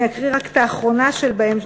אני אקרא רק את האחרונה שבהן,